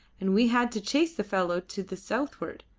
and we had to chase the fellow to the southward.